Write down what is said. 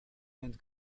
bent